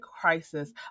crisis